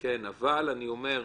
כן, אבל אני אומר,